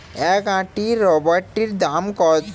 এক আঁটি বরবটির দাম কত?